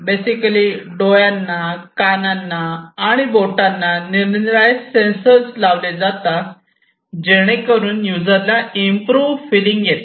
basically डोळ्यांना कानांना आणि बोटांना निरनिराळे सेन्सर्स लावले जातात जेणेकरून यूजरला इम्प्रू फ़िलिंग येते